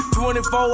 24